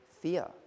fear